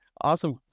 Awesome